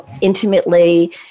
intimately